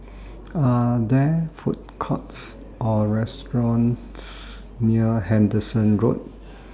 Are There Food Courts Or restaurants near Henderson Road